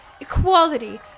Equality